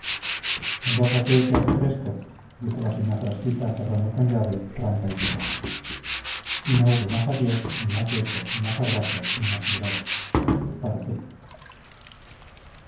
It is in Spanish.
tío lucas embózate que hace fresco dijo la señá frasquita cerrando con llave tranca y cerrojo y no hubo más adiós ni más beso ni más abrazo ni más mirada para qué